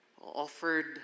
offered